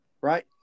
Right